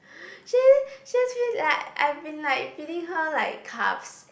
ju~ just feels like I've been like feeding her like carbs